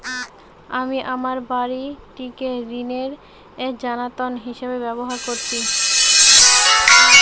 আমি আমার বাড়িটিকে ঋণের জামানত হিসাবে ব্যবহার করেছি